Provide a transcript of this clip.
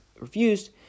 refused